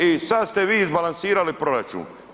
I sada ste vi izbalansirali proračun.